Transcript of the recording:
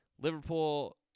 Liverpool